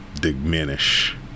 diminish